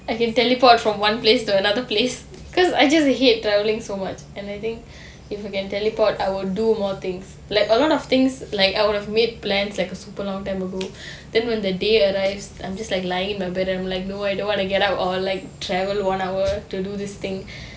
I can teleport from one place to another place because I just hate travelling so much and I think if you can teleport I will do more things like a lot of things like I would have made plans like a super long time ago then when the day arrives I'm just like lying in the bed I'm like no I don't want to get out or like travel one hour to do this thing